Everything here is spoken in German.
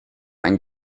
ein